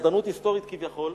כביכול.